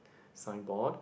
signboard